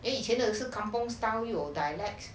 then 以前的事 kampung style 有 dialects